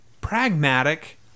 pragmatic